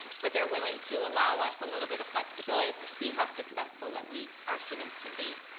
but they're willing to allow us a little bit of flexibility to see how successful that we, our students can be.